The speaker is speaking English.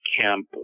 camp